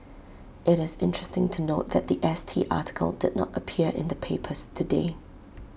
IT is interesting to note that The S T article did not appear in the papers today